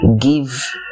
give